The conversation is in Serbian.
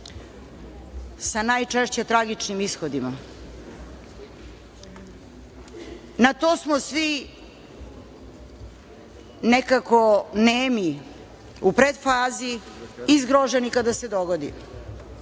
sa najčešće tragičnim ishodima. Na to smo svi nekako nemi u predfazi i zgroženi kad se dogodi.